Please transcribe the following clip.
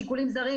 שיקולים זרים.